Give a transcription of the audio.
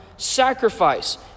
sacrifice